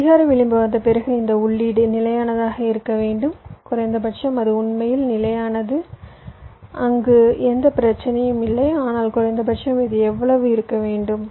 கடிகார விளிம்பு வந்த பிறகு இந்த உள்ளீடு நிலையானதாக இருக்க வேண்டும் குறைந்தபட்சம் அது உண்மையில் நிலையானது அங்கு எந்த பிரச்சனையும் இல்லை ஆனால் குறைந்தபட்சம் இது இவ்வளவு இருக்க வேண்டும்